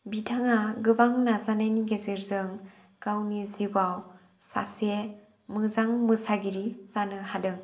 बिथांआ गोबां नाजानायनि गेजेरजों गावनि जिउआव सासे मोजां मोसागिरि जानो हादों